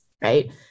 right